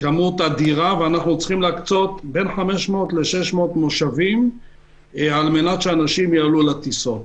אנחנו צריכים להקצות 500 600 מושבים על מנת שאנשים יעלו על הטיסות.